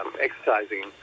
exercising